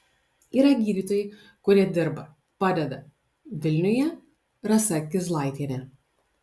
yra gydytojai kurie dirba padeda vilniuje rasa kizlaitienė